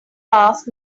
ask